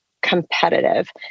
competitive